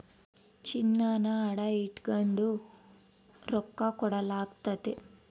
ಚಿನ್ನಾನ ಅಡ ಇಟಗಂಡು ರೊಕ್ಕ ಕೊಡಲಾಗ್ತತೆ